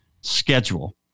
schedule